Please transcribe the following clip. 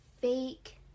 fake